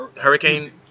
hurricane